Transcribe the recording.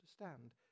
understand